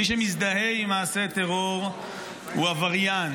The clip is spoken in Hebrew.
מי שמזדהה עם מעשה טרור הוא עבריין,